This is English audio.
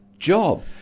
job